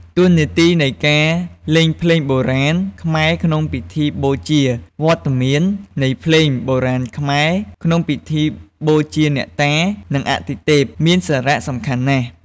តួនាទីនៃការលេងភ្លេងបុរាណខ្មែរក្នុងពិធីបូជា វត្តមាននៃភ្លេងបុរាណខ្មែរក្នុងពិធីបូជាអ្នកតា និងអាទិទេព មានសារៈសំខាន់ណាស់។